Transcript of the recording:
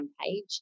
page